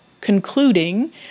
concluding